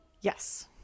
Yes